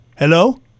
Hello